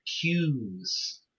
cues